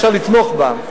אפשר לתמוך בה,